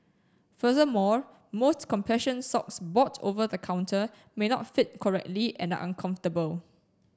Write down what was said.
furthermore most compression socks bought over the counter may not fit correctly and uncomfortable